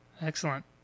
Excellent